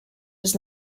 does